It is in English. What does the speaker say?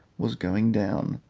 was going down,